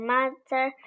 Mother